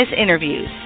Interviews